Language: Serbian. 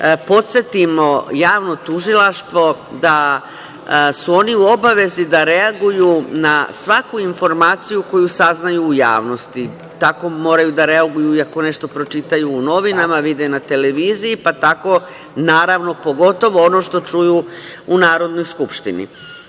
podsetimo javno tužilaštvo da su oni u obavezi da reaguju na svaku informaciju koju saznaju u javnosti. Tako moraju da reaguju i ako nešto pročitaju u novinama, vide na televiziji, pa tako naravno pogotovo ono što čuju u narodnoj Skupštini.